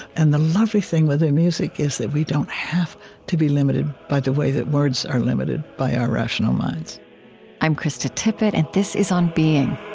and the lovely thing with the music is that we don't have to be limited by the way that words are limited by our rational minds i'm krista tippett, and this is on being